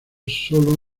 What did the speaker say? solo